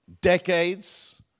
decades